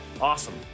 Awesome